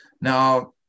Now